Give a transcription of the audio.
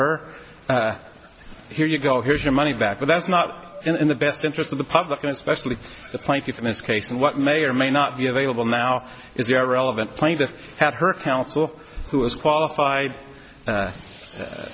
her here you go here's your money back but that's not in the best interest of the public and especially the plaintiff in this case and what may or may not be available now is irrelevant plaintiff had her counsel who is qualified